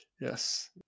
yes